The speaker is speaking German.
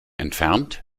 entfernt